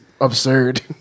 Absurd